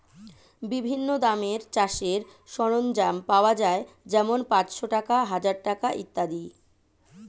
বিভিন্ন দামের চাষের সরঞ্জাম পাওয়া যায় যেমন পাঁচশ টাকা, হাজার টাকা ইত্যাদি